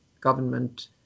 government